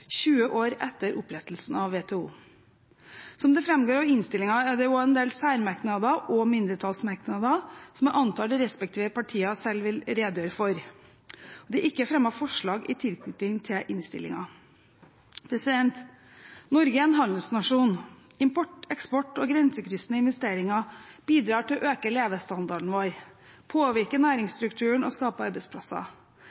20 år etter opprettelsen av WTO. Som det framgår av innstillingen, er det også en del særmerknader og mindretallsmerknader som jeg antar de respektive partiene selv vil redegjøre for. Det er ikke fremmet forslag i tilknytning til innstillingen. Norge er en handelsnasjon. Import, eksport og grensekryssende investeringer bidrar til å øke levestandarden vår,